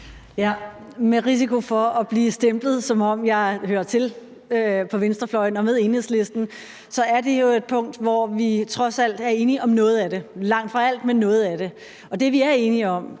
Med risiko for at blive stemplet, som om jeg hører til på venstrefløjen med Enhedslisten, er det jo et punkt, hvor vi trods alt er enige om noget af det. Det er langt fra alt, men noget af det. Og det, vi er enige om,